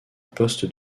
poste